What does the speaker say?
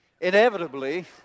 Inevitably